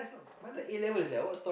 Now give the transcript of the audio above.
like that eleven sia